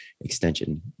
extension